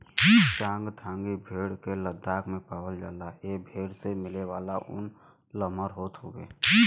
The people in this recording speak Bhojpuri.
चांगथांगी भेड़ के लद्दाख में पावला जाला ए भेड़ से मिलेवाला ऊन लमहर होत हउवे